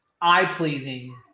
eye-pleasing